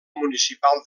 municipal